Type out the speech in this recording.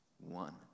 One